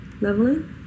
leveling